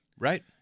Right